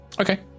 okay